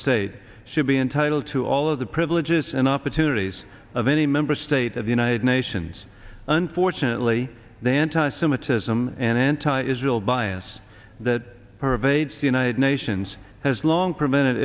state should be entitled to all of the privileges and opportunities of any member state of the united nations unfortunately the anti semitism and anti israel bias that pervades the united nations has long prevented